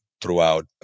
throughout